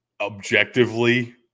objectively